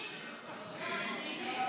חברי הכנסת)